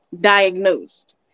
diagnosed